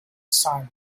siren